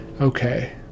Okay